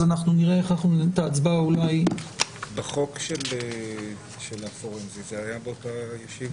נראה --- בחוק של הדגימות הפורנזיות זה היה באותה ישיבה.